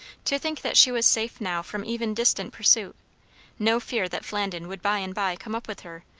to think that she was safe now from even distant pursuit no fear that flandin would by and by come up with her,